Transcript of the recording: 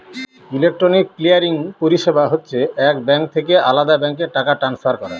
electronic clearing পরিষেবা হচ্ছে এক ব্যাঙ্ক থেকে আলদা ব্যাঙ্কে টাকা ট্রান্সফার করা